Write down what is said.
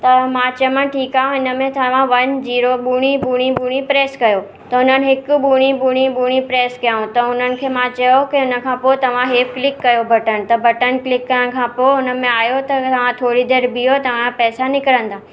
त मां चयोमांसि ठीकु आहे हिन में तव्हां वन ज़िरो ॿुड़ी ॿुड़ी ॿुड़ी प्रेस कयो त हुननि हिकु ॿुड़ी ॿुड़ी ॿुड़ी प्रेस कयो त हुननि खे मां चयो की हुन खां पोइ तव्हां हे क्लिक कयो बटन त बटन क्लिक करण खां पोइ हुन में आहियो त तव्हां थोरी देरि बीहो तव्हांजा पैसा निकिरंदा